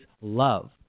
love